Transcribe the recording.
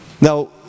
Now